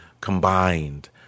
combined